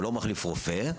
הוא לא מחליף רופא,